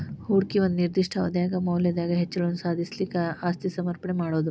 ಹೂಡಿಕಿ ಒಂದ ನಿರ್ದಿಷ್ಟ ಅವಧ್ಯಾಗ್ ಮೌಲ್ಯದಾಗ್ ಹೆಚ್ಚಳವನ್ನ ಸಾಧಿಸ್ಲಿಕ್ಕೆ ಆಸ್ತಿ ಸಮರ್ಪಣೆ ಮಾಡೊದು